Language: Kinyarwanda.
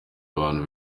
abantu